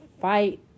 fight